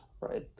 right